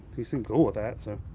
he seemed cool with that, so.